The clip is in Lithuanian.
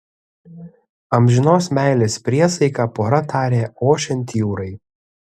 amžinos meilės priesaiką pora tarė ošiant jūrai